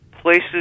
Places